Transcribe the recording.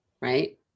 right